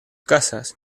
casas